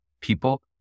people